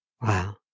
Wow